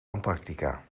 antarctica